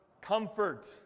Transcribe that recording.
comfort